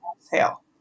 exhale